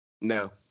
No